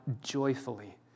joyfully